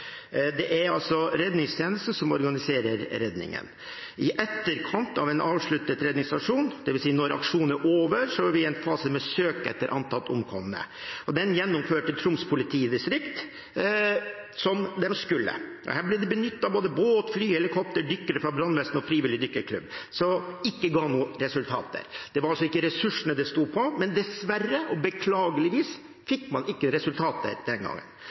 Det er redningstjenesten som organiserer redningen. I etterkant av en avsluttet redningsaksjon, dvs. når aksjonen er over, er vi i en fase med søk etter antatt omkomne. Den gjennomførte Troms politidistrikt som de skulle. Her ble det benyttet både båt, fly, helikopter, dykkere fra brannvesenet og frivillig dykkeklubb, som ikke ga noen resultater. Det var altså ikke ressursene det sto på, men dessverre og beklageligvis fikk man ikke resultater den